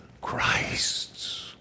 Christ